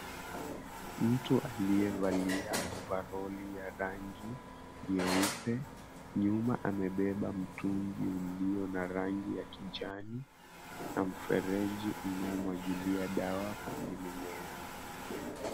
Mtu aliyevalia ovaroli ya rangi nyeupe nyuma amebeba mtungi ulio na rangi ya kijani na mfereji unaomwagilia dawa kwenye mimea.